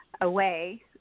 away